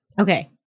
Okay